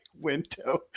window